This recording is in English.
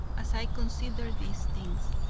as i considered these things.